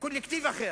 קולקטיב אחר.